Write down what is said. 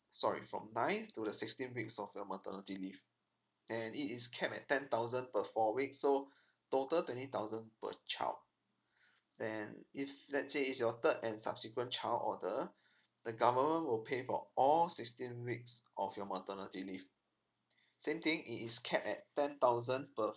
sorry for nine to the sixteenth weeks of your maternity leave and it is kept at ten thousand for four weeks so total twenty thousand per child and if let's say it's your third and subsequent child order the government will pay for all sixteen weeks of your maternity leave same thing it is capped at ten thousand per